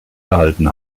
erhalten